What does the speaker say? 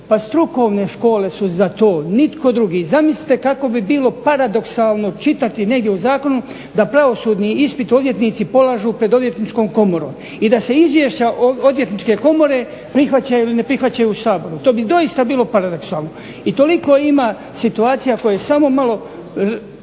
pa strukovne škole su za to, nitko drugo. Zamislite kako bi bilo paradoksalno čitati negdje u zakonu da pravosudni ispit odvjetnici polažu pred Odvjetničkom komorom i da se izvješća Odvjetničke komore prihvaćaju ili ne prihvaćaju u Saboru, to bi doista bilo paradoksalno. I toliko ima situacija koje samo malo